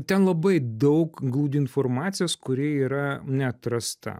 ten labai daug glūdi informacijos kuri yra neatrasta